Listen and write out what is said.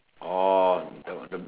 oh the the